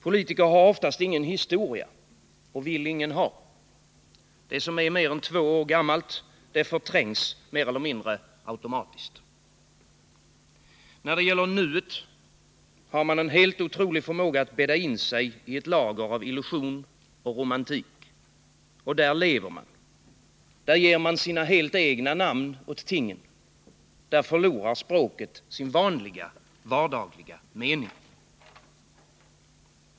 Politiker har oftast ingen historia — och vill ingen ha. Det som är mer än två år gammalt förträngs mer eller mindre automatiskt. När det gäller nuet har man en helt otrolig förmåga att bädda in sig i ett lager av illusion och romantik. Och där lever man. Där ger man sina helt egna namn åt tingen. Där förlorar språket sin vardagliga mening.